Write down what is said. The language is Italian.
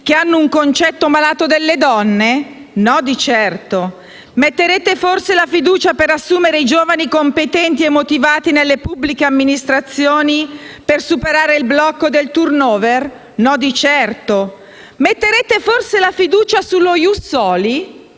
che hanno un concetto malato delle donne? No di certo. Metterete forse la fiducia per assumere i giovani competenti e motivati nelle pubbliche amministrazioni e superare il blocco del *turnover*? No di certo. Metterete forse la fiducia sul